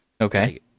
okay